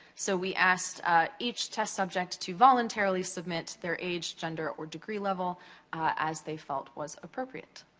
so, we asked each test subject to voluntarily submit their age, gender, or degree level as they felt was appropriate.